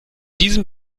diesem